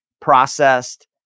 processed